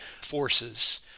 forces